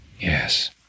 Yes